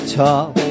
top